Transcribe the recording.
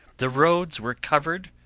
the roads were covered,